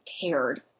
cared